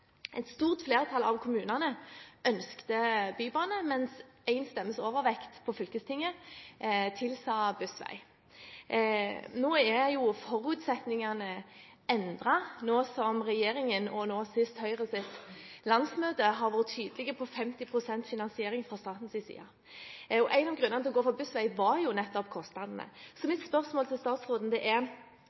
Et stort flertall av kommunene ønsket bybane, mens én stemmes overvekt på fylkestinget tilsa Busway. Forutsetningene er endret nå som regjeringen – og nå sist Høyres landsmøte – har vært tydelig på 50 pst. finansiering fra statens side. En av grunnene til å gå inn for Busway var jo nettopp kostnadene. Mitt spørsmål til statsråden er: